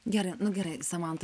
gerai nu gerai samantai